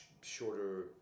shorter